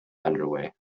underway